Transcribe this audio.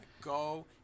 Go